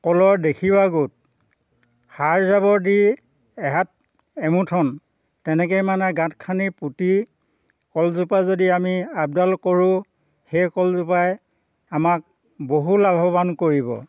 কলৰ দেখিবা গোট সাৰ জাৱৰ দি এহাত এমুঠন তেনেকে মানে গাঁত খান্দি পুতি কলজোপা যদি আমি আপডাল কৰোঁ সেই কলজোপাই আমাক বহু লাভৱান কৰিব